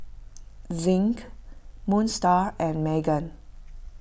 Zinc Moon Star and Megan